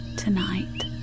Tonight